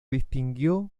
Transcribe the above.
distinguió